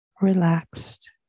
relaxed